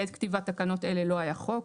בעת כתיבת תקנות אלה לא היה חוק